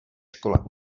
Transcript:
škole